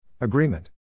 Agreement